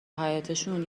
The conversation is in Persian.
حیاطشون